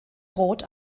rod